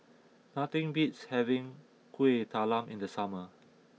nothing beats having Kuih Talam in the summer